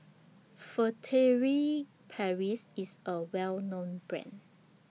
Furtere Paris IS A Well known Brand